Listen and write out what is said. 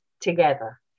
together